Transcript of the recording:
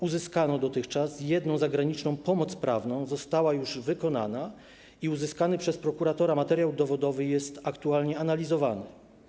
Uzyskano dotychczas jedną zagraniczną pomoc prawną: została już wykonana i uzyskany przez prokuratora materiał dowodowy jest aktualnie analizowany.